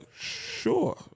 sure